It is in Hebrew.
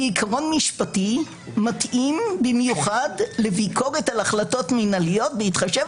היא עיקרון משפטי מתאים במיוחד לביקורת על החלטות מינהליות בהתחשב